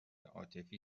عاطفی